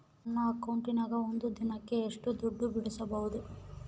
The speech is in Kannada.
ನನ್ನ ಅಕೌಂಟಿನ್ಯಾಗ ಒಂದು ದಿನಕ್ಕ ಎಷ್ಟು ದುಡ್ಡು ಬಿಡಿಸಬಹುದು?